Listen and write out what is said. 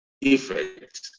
effect